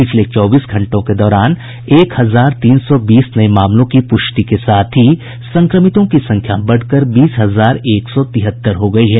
पिछले चौबीस घंटों के दौरान एक हजार तीन सौ बीस नये मामलों की पुष्टि के साथ ही संक्रमितों की संख्या बढ़कर बीस हजार एक सौ तिहत्तर हो गयी है